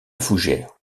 fougères